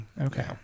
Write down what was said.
Okay